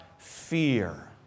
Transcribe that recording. Fear